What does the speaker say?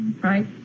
right